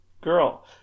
girl